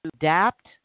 adapt